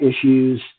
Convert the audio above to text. issues